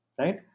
right